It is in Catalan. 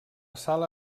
sala